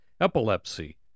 epilepsy